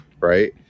Right